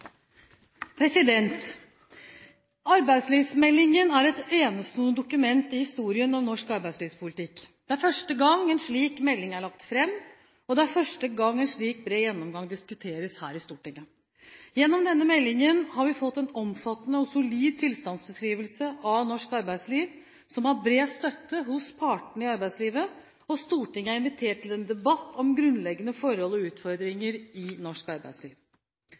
første gang en slik bred gjennomgang diskuteres her i Stortinget. Gjennom denne meldingen har vi fått en omfattende og solid tilstandsbeskrivelse av norsk arbeidsliv, som har bred støtte hos partene i arbeidslivet, og Stortinget er invitert til en debatt om grunnleggende forhold og utfordringer i norsk arbeidsliv.